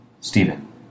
Stephen